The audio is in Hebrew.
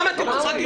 למה אתם צוחקים?